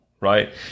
right